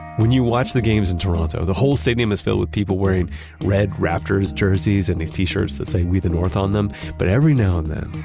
when you watch the games in toronto the whole stadium is filled with people wearing red raptors jerseys and these t-shirts that say we the north on them. but every now and then,